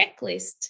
checklist